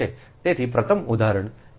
તેથી પ્રથમ ઉદાહરણને એક જ યોગ્ય રીતે લો